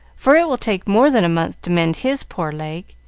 for it will take more than a month to mend his poor leg.